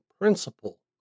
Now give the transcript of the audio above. principle